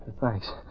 Thanks